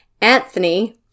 Anthony